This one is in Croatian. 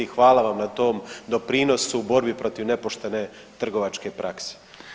Hvala vam na tom doprinosu, borbi protiv nepoštene trgovačke prakse.